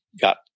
got